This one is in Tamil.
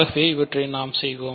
ஆகவே இவற்றை நாம் செய்வோம்